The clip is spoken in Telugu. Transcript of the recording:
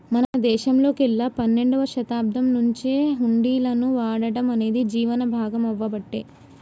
మన దేశంలోకెల్లి పన్నెండవ శతాబ్దం నుంచే హుండీలను వాడటం అనేది జీవనం భాగామవ్వబట్టే